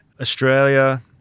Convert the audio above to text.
Australia